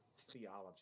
theology